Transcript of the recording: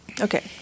okay